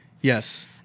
yes